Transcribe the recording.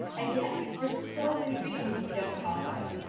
and yet, for so many reasons, we don't talk about it.